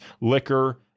liquor